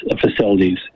facilities